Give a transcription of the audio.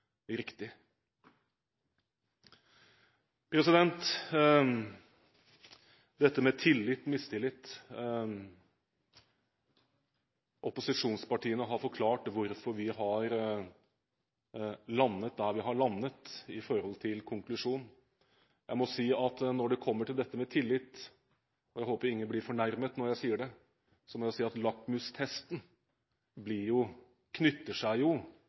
dette med tillit/mistillit. Vi i opposisjonspartiene har forklart hvorfor vi har landet der vi har landet når det gjelder konklusjon. Når det kommer til dette med tillit – jeg håper ingen blir fornærmet når jeg sier det – må jeg si at lakmustesten knytter seg